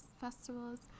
festivals